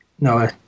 no